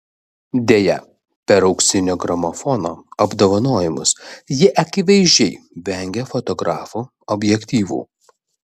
deja per auksinio gramofono apdovanojimus ji akivaizdžiai vengė fotografų objektyvų